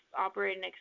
operating